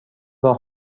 راه